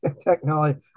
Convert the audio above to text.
technology